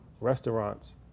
restaurants